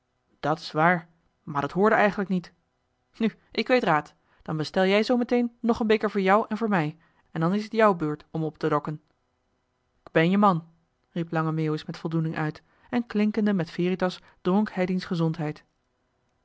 dat s waar maar dat hoorde eigenlijk niet nu ik weet raad dan bestel jij zoometeen nog een beker voor jou en voor mij en dan is t jou beurt om op te dokken k ben je man riep lange meeuwis met voldoening uit en klinkende met veritas dronk hij diens gezondheid